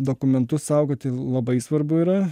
dokumentus saugoti labai svarbu yra